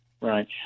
Right